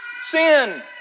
sin